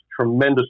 tremendous